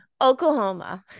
Oklahoma